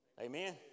Amen